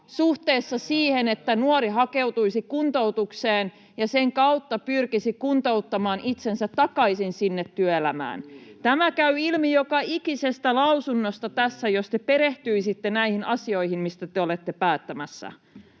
suhteessa siihen, että nuori hakeutuisi kuntoutukseen ja sen kautta pyrkisi kuntouttamaan itsensä takaisin sinne työelämään. Tämä käy ilmi joka ikisestä lausunnosta tässä, jos te perehtyisitte näihin asioihin, mistä te olette päättämässä.